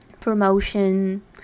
promotion